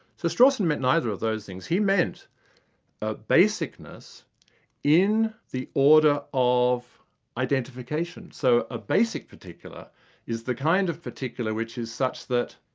so strawson meant neither of those things he meant a basicness in the order of identification. so a basic basic particular is the kind of particular which is such that,